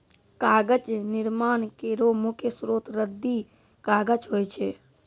कागज निर्माण केरो मुख्य स्रोत रद्दी कागज होय छै